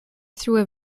through